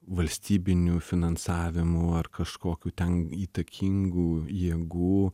valstybinių finansavimų ar kažkokių ten įtakingų jėgų